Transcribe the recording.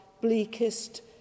bleakest